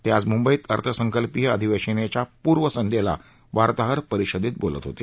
ते आज मुंबईत अर्थसंकल्पीय अधिवेशनाच्या पूर्वसंध्येला वार्ताहर परिषदेत बोलत होते